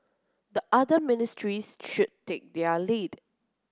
the other ministries should take their lead